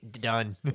done